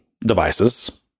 devices